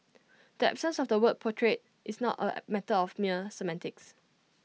the absence of the word portrayed is not A matter of mere semantics